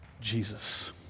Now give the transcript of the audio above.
Jesus